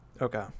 Okay